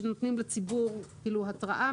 נותנים לציבור התראה.